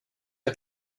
der